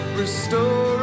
restore